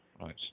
Right